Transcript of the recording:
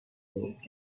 درست